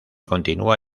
continua